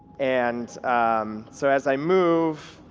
and um so as i move,